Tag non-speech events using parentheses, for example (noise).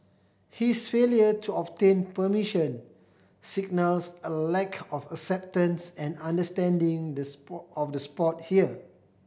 his failure to obtain permission signals a lack of acceptance and understanding the (unintelligible) of the sport here